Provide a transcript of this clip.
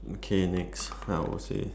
okay next I will say